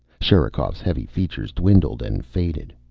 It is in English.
sherikov's heavy features dwindled and faded.